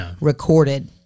recorded